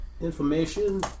information